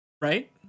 right